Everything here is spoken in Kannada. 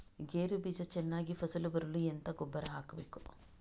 ಗೇರು ಬೀಜ ಚೆನ್ನಾಗಿ ಫಸಲು ಬರಲು ಎಂತ ಗೊಬ್ಬರ ಹಾಕಬೇಕು?